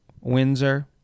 Windsor